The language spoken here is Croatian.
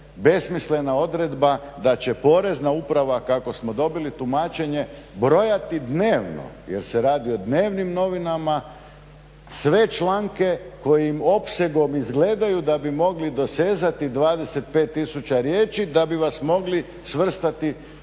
besmislena odredba da će porezna uprava kako smo dobili tumačenje brojati dnevno, jer se radi o dnevnim novinama sve članke koje opsegom izgledaju da bi mogli dosezati 25 tisuća riječi da bi vas mogli svrstati pod